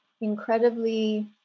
incredibly